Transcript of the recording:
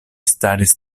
staris